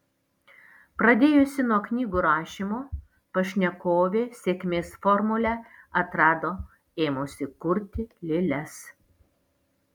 pradėjusi nuo knygų rašymo pašnekovė sėkmės formulę atrado ėmusi kurti lėles